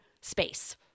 space